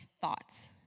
thoughts